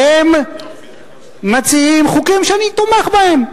והם מציעים חוקים שאני תומך בהם,